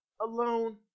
alone